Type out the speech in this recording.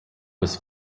was